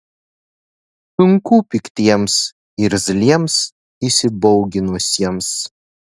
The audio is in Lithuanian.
sunku piktiems irzliems įsibauginusiems